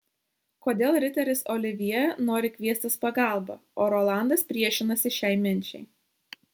kodėl riteris olivjė nori kviestis pagalbą o rolandas priešinasi šiai minčiai